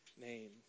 name